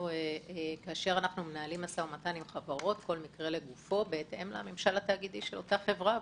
כל מקרה לגופו, בהתאם לממשל התאגידי של אותה חברה.